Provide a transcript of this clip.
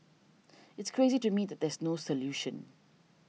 it's crazy to me that there's no solution